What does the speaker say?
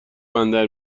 بندر